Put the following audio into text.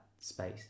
space